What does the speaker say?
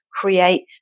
create